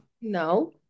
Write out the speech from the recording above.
no